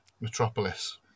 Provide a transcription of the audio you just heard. Metropolis